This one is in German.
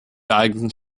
geeigneten